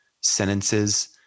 sentences